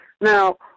Now